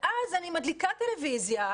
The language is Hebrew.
אז אני פותחת את טלוויזיה,